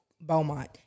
Beaumont